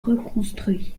reconstruit